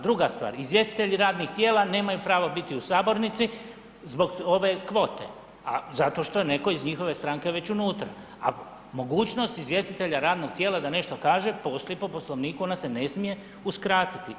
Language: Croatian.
Druga stvar, izvjestitelji radnih tijela nemaju pravo biti u sabornici zbog ove kvote, zato što je iz njihove stranke već unutra, a mogućnost izvjestitelja radnog tijela da nešto kaže postoji po Poslovniku ona se ne smije uskratiti.